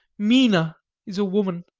mina is a woman,